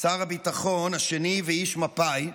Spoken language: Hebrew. שר הביטחון השני ואיש מפא"י,